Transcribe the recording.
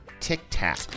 tic-tac